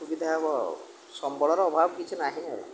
ସୁବିଧା ହବ ସମ୍ବଳର ଅଭାବ କିଛି ନାହିଁ ଆଉ